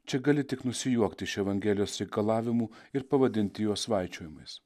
čia gali tik nusijuokti iš evangelijos reikalavimų ir pavadinti juos svaičiojimais